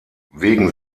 wegen